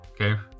Okay